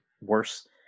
worse